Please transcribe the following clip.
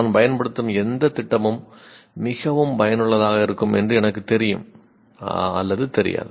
நான் பயன்படுத்தும் எந்த திட்டமும் மிகவும் பயனுள்ளதாக இருக்கும் என்று எனக்குத் தெரியும் தெரியாது